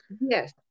Yes